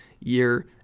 year